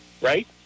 right